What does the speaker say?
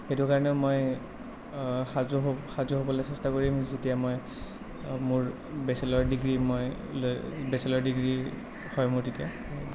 সেইটো কাৰণেও মই সাজু হ'ব সাজু হ'বলৈ চেষ্টা কৰিম যেতিয়া মই মোৰ বেচেলৰ ডিগ্ৰী লৈ মই বেচেলৰ ডিগ্ৰী হয় মোৰ তেতিয়া